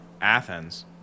Athens